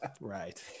Right